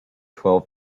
twelve